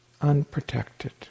unprotected